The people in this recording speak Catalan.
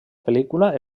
pel·lícula